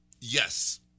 Yes